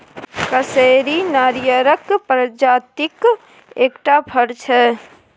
कसैली नारियरक प्रजातिक एकटा फर छै